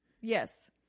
Yes